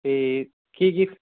ਅਤੇ ਕੀ ਕੀ